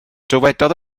dywedodd